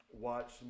Watch